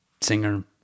singer